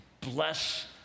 bless